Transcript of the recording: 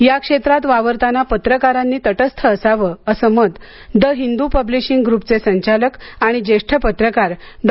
या क्षेत्रात वावरतांना पत्रकारांनी तटस्थ असावे असे मत द हिंदू पब्लिशिंग ग्रूपचे संचालक आणि ज्येष्ठ पत्रकार डॉ